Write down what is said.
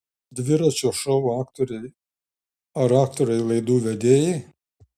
dviračio šou aktoriai ar aktoriai laidų vedėjai